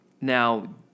Now